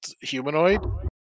humanoid